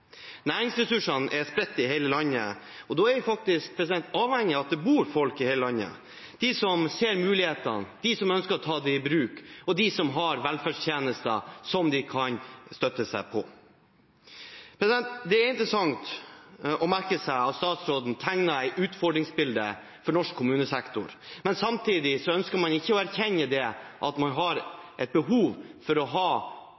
Næringsressursene er spredt i hele landet, og da er vi faktisk avhengige av at det bor folk i hele landet – som ser mulighetene, som ønsker å ta det i bruk, og som har velferdstjenester de kan støtte seg på. Det er interessant å merke seg at statsråden tegner et utfordringsbilde for norsk kommunesektor. Samtidig ønsker man ikke å erkjenne at man har et behov for å ha